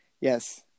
Yes